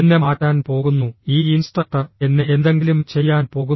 എന്നെ മാറ്റാൻ പോകുന്നു ഈ ഇൻസ്ട്രക്ടർ എന്നെ എന്തെങ്കിലും ചെയ്യാൻ പോകുന്നു